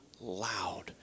loud